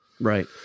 right